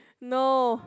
no